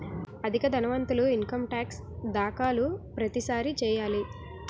అధిక ధనవంతులు income tax దాఖలు ప్రతిసారి చేయాలి